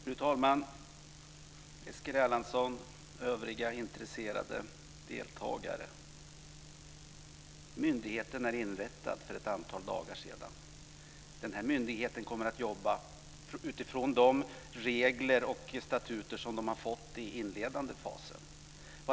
Fru talman! Eskil Erlandsson och övriga intresserade deltagare! Myndigheten inrättades för ett antal dagar sedan. Den kommer att jobba utifrån de regler och statuter som den har fått i den inledande fasen.